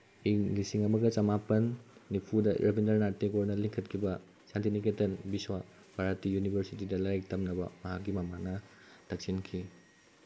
ꯏꯪ ꯂꯤꯁꯤꯡ ꯑꯃꯒ ꯆꯃꯥꯄꯜ ꯅꯤꯐꯨꯗ ꯔꯕꯤꯟꯗ꯭ꯔꯅꯥꯠ ꯇꯦꯒꯣꯔꯅ ꯂꯤꯡꯈꯠꯈꯤꯕ ꯁꯥꯟꯇꯤꯅꯤꯀꯦꯇꯟ ꯕꯤꯁ꯭ꯋ ꯚꯥꯔꯥꯠꯇꯤ ꯌꯨꯅꯤꯚꯔꯁꯤꯇꯤꯗ ꯂꯥꯏꯔꯤꯛ ꯇꯝꯅꯕ ꯃꯍꯥꯛꯀꯤ ꯃꯃꯥꯅ ꯇꯛꯁꯤꯟꯈꯤ